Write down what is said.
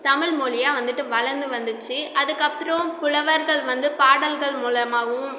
தமில்மொழியா வந்துவிட்டு வளர்ந்து வந்துச்சு அதற்கப்பறோம் புலவர்கள் வந்து பாடல்கள் மூலமாகவும்